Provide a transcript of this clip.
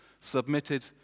submitted